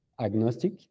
agnostic